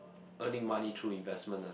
earning money through investment ah